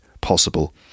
possible